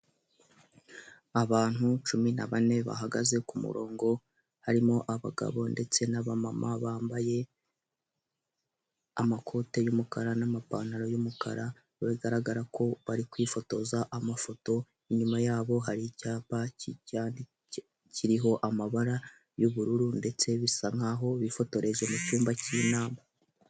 Abantu cumi na bane bahagaze ku murongo, harimo abagabo ndetse n'abamama bambaye amakote y'umukara n'amapantaro y'umukara. biagaragara ko bari kwifotoza amafoto, inyuma yabo har'icyapa kiriho amabara y'ubururu, ndetse bisa naho bifotoreje mu cyumba cy'inama.